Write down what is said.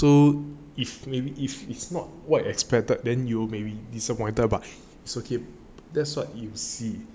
so if maybe if it's not whatyou expected then you may be disappointed but it's okay that's what you see